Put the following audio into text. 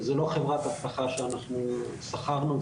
וזו לא חברת אבטחה שאנחנו שכרנו,